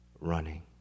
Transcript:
running